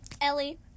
Ellie